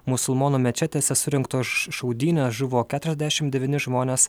musulmonų mečetėse surinktos šaudynes žuvo keturiasdešim devyni žmonės